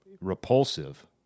repulsive